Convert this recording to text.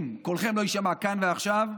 אם קולכם לא יישמע כאן ועכשיו,